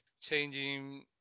changing